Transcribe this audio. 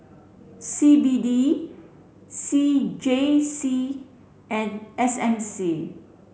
C B D C J C and S M C